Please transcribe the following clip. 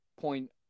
point